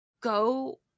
Go